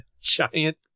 Giant